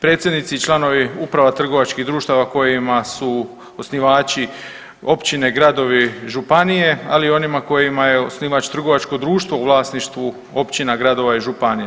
Predsjednici i članovi uprava trgovačkih društava kojima su osnivači općine gradovi, županije, ali i onima kojima je osnivač trgovačko društvo u vlasništvu općina, gradova i županije.